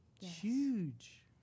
huge